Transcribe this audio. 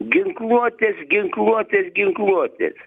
ginkluotės ginkluotės ginkluotės